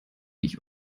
ich